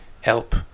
help